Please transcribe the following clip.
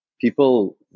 people